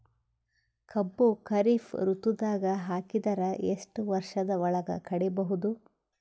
ಕಬ್ಬು ಖರೀಫ್ ಋತುದಾಗ ಹಾಕಿದರ ಎಷ್ಟ ವರ್ಷದ ಒಳಗ ಕಡಿಬಹುದು?